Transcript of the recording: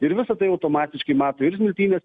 ir visa tai automatiškai mato ir smiltynės